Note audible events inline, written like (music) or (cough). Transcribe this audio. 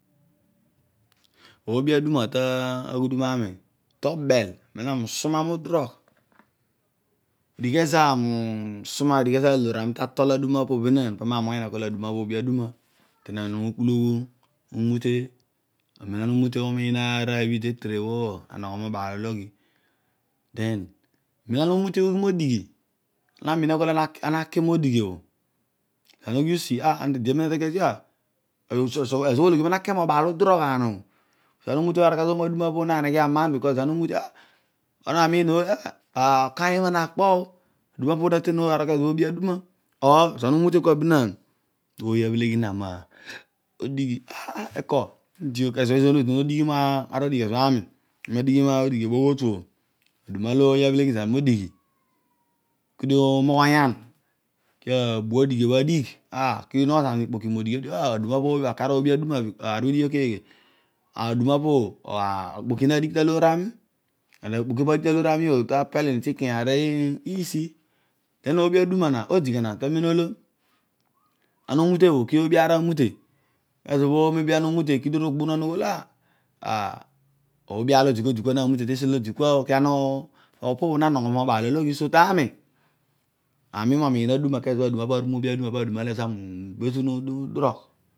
Oobi aduma taghudum ami to bel amem ami, usuma mu dirogh odigh (hesitation) ezo ami usuma, odigh ezo aloor ami tatol duma opo bho benaan pami na amoghonyan akol adon oobi aduma tu door ami den amem ami ukpulughu, umute, amen ami umute umiin aar ooy obho idi te te re bho na nogho mebaaloghi den amen ana umute ughi modighi ana namiin akol ana naki modighi moho ana ughi usi ede amen ana ta keesi ah ezo ezira uki noolighi mo di roghaan obho, odighi oboh otu obho aduma oli ooy abhele zami modighi (hesitation) ke dio umaghonyan lee abua odighi bho adigh ah, kedio uno gho zami me ikpoki, modighi odighiobho, ah, aduma opobho akaar oobi aku obho idighio bho keghe aduma opo bho (unintelligible) okpoki na digh ta loor ami den okpoki opo bho adigh taloor ami obho tapelini ti ikanya arisi, den oobi aduma na odi na kadume olo, ezo ana umute obho oobi aar amute leezo obho may be ana umute kooy aru agbo anogho zina ami momiin oobi aduma pa aduma olu ami ubetunu mudiroghi.